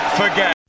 forget